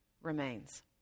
remains